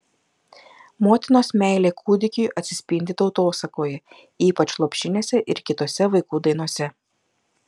motinos meilė kūdikiui atsispindi tautosakoje ypač lopšinėse ir kitose vaikų dainose